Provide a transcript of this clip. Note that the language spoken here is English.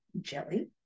jelly